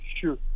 Sure